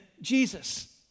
Jesus